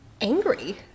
angry